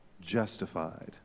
justified